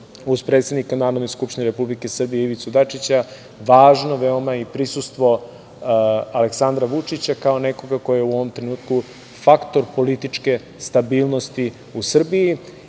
uz predsednika Narodne skupštine Republike Srbije, Ivicu Dačića, važno veoma i prisustvo Aleksandra Vučića, kao nekoga ko je u ovom trenutku faktor političke stabilnosti u Srbiji. Mislim